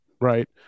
right